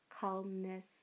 calmness